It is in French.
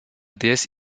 déesse